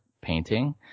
painting